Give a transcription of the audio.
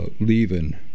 leaving